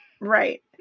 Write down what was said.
Right